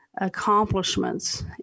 accomplishments